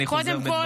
אני חוזר בי מדבריי.